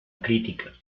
crítica